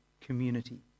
community